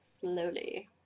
slowly